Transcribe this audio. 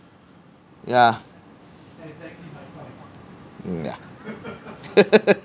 yeah yeah